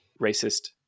racist